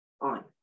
on